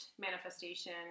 manifestation